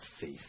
faith